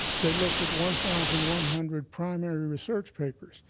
they looked at one thousand one hundred primary research papers.